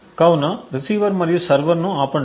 కాబట్టి రిసీవర్ మరియు సర్వర్ను ఆపండి